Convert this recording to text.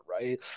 right